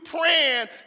praying